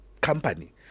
company